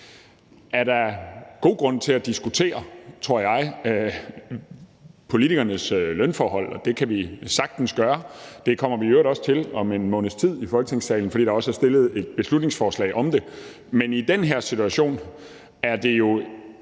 er der god grund til at diskutere, tror jeg, politikernes lønforhold, og det kan vi sagtens gøre. Det kommer vi i øvrigt også til om en måneds tid i Folketingssalen, fordi der også er fremsat et beslutningsforslag om det. Men i den her situation er det jo